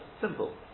Simple